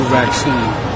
vaccine